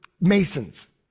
Masons